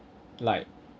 like